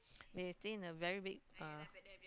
they seen a very big uh